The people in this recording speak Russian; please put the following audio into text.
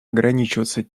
ограничиваться